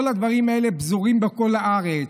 כל הדברים האלה פזורים בכל הארץ.